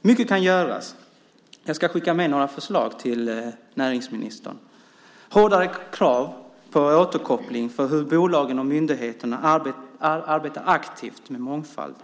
Mycket kan göras. Jag ska skicka med några förslag till näringsministern. Det är fråga om hårdare krav på återkoppling av hur bolagen och myndigheterna arbetar aktivt med mångfald.